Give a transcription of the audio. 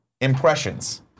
impressions